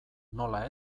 nola